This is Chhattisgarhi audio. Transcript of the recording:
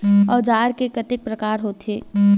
औजार के कतेक प्रकार होथे?